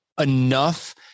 enough